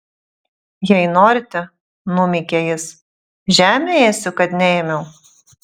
jei norite numykė jis žemę ėsiu kad neėmiau